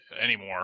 anymore